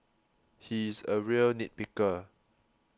he is a real nit picker